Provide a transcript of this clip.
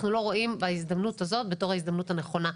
אנחנו לא רואים בהזדמנות הזאת בתור ההזדמנות הנכונה.